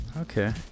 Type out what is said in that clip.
okay